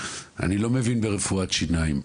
אני לא מבין ברפואת שיניים.